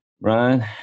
Ryan